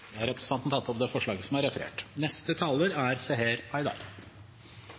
Da har representanten Sivert Bjørnstad tatt opp det forslaget han refererte til. Norge er